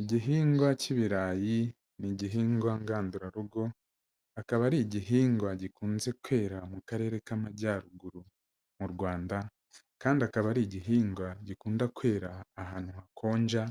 Igihingwa k'ibirayi ni igihingwa ngandurarugo, akaba ari igihingwa gikunze kwera mu karere k'amajyaruguru mu Rwanda, kandi akaba ari igihingwa gikunda kwera ahantu hakonja,